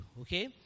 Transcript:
okay